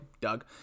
Doug